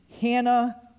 Hannah